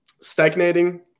stagnating